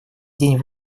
день